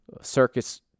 Circus